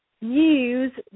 use